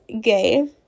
gay